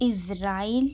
Israel